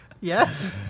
Yes